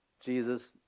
Jesus